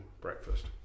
breakfast